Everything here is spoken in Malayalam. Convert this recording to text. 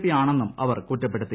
പി ആണെന്നും അവർ കുറ്റപ്പെടുത്തി